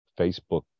Facebook